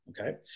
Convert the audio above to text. okay